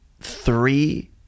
Three